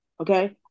okay